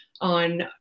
on